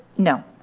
no